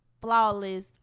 flawless